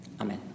Amen